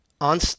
on